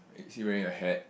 wait is he wearing a hat